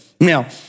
Now